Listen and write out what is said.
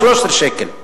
13 שקל.